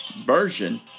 version